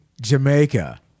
Jamaica